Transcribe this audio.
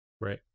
right